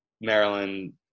Maryland